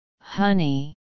honey